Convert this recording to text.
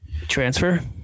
transfer